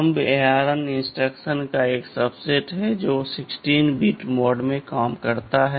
thumb ARM instructions का एक subset है जो 16 बिट मोड में काम करता है